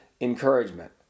encouragement